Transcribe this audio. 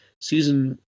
season